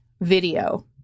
video